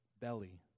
belly